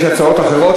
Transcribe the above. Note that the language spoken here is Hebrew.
יש הצעות אחרות,